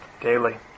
daily